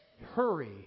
Hurry